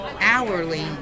hourly